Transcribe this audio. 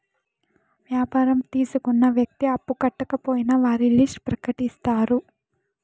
వ్యాపారం తీసుకున్న వ్యక్తి అప్పు కట్టకపోయినా వారి లిస్ట్ ప్రకటిత్తారు